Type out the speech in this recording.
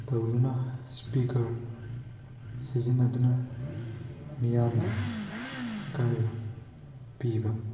ꯇꯧꯗꯨꯅ ꯏꯁꯄꯤꯀꯔ ꯁꯤꯖꯤꯟꯅꯗꯨꯅ ꯃꯤꯌꯥꯝꯗ ꯑꯀꯥꯏꯕ ꯄꯤꯕ